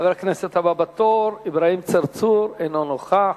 חבר הכנסת הבא בתור, אברהים צרצור, אינו נוכח.